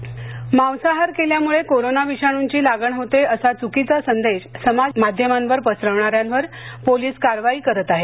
corona समाज माध्यमे मांसाहार केल्यामुळे कोरोना विषाणूंची लागण होते असा चुकीचा संदेश समाज माध्यमांवर पसरवणाऱ्यांवर पोलीस कारवाई करत आहेत